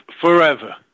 forever